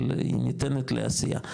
אבל היא ניתנת לעשייה,